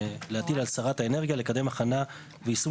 להטיל על שרת האנרגיה לקדם הכנה ויישום